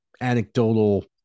anecdotal